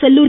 Sellur